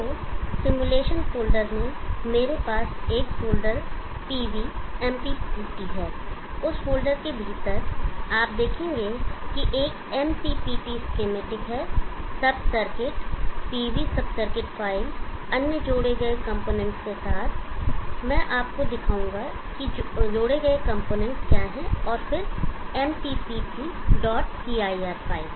तो simulation folder में मेरे पास एक फ़ोल्डर PVMPPT है उस फ़ोल्डर के भीतर आप देखेंगे कि एक MPPT स्कीमेटिक है sub circuit PV sub circuit file अन्य जोड़े गए कंपोनेंट्स के साथ मैं आपको दिखाऊंगा कि जोड़े गए कंपोनेंट्स क्या हैं और फिर mpptcir फ़ाइल